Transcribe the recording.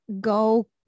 go